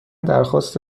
درخواست